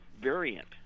variant